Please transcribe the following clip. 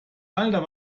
alter